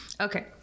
Okay